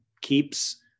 keeps